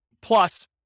plus